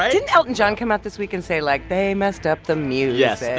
ah didn't elton john come out this week and say, like, they messed up the music yes. and